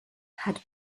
had